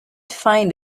find